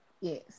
yes